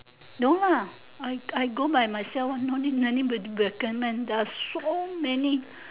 no lah I I go by myself one no need anybody recommend there are so many